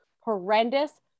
horrendous